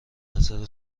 نظر